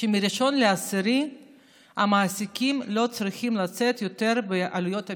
שמ-1 באוקטובר המעסיקים לא צריכים לשאת יותר בעלויות הבידוד.